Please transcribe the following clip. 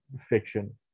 fiction